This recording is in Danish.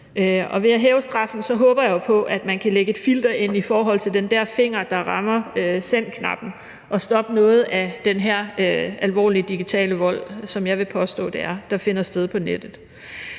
ved at man hæver straffen, håber jeg på, at man kan lægge et filter ind i forhold til den der finger, der rammer sendknappen, og stoppe noget af den her alvorlige digitale vold, som jeg vil påstå det er, der finder sted på nettet.